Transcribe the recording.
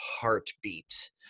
heartbeat